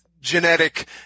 genetic